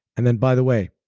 and then by the way,